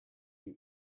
you